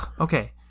Okay